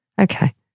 okay